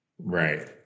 Right